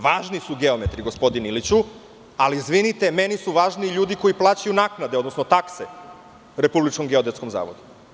Važni su geometri, gospodine Iliću, ali izvinite, meni su važniji ljudi koji plaćaju naknade, odnosno takse Republičkom geodetskom zavodu.